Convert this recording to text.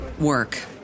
work